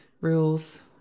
rules